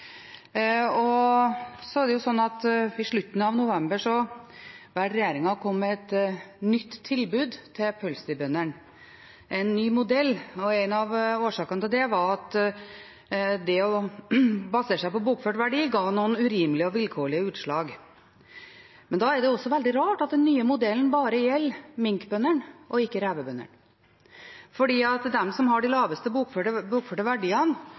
I slutten av november valgte regjeringen å komme med et nytt tilbud – en ny modell – til pelsdyrbøndene. En av årsakene til det var at det å basere seg på bokført verdi ga noen urimelige og vilkårlige utslag. Men da er det også veldig rart at den nye modellen bare gjelder minkbøndene og ikke revebøndene, for de som har de laveste bokførte verdiene i pelsdyrnæringen, er revebøndene. At de